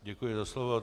Děkuji za slovo.